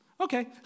Okay